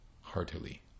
heartily